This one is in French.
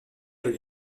avec